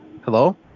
Hello